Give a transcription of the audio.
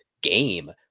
game